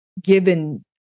given